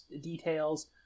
details